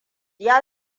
ya